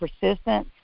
persistence